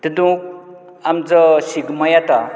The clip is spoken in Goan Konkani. तातूंत आमचो शिगमो येता